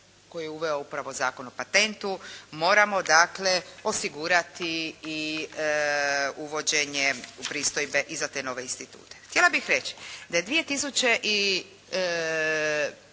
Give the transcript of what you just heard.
koji je uveo upravo Zakon o patentu moramo dakle osigurati i uvođenje pristojbe i za te nove institute.